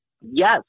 yes